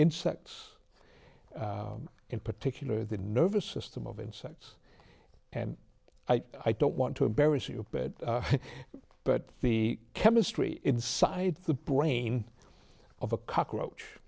insects in particular the nervous system of insects and i don't want to embarrass your bed but the chemistry inside the brain of a cockroach